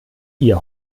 ihr